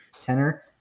tenor